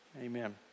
Amen